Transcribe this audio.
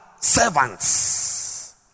servants